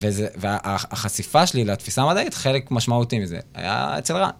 והחשיפה שלי לתפיסה המדעית, חלק משמעותי מזה, היה אצל רן.